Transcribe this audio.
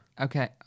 Okay